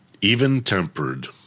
even-tempered